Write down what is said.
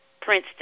Princeton